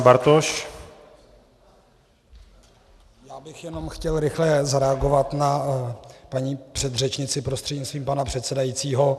Já bych jenom chtěl rychle zareagovat na paní předřečnici prostřednictvím pana předsedajícího.